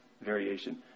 variation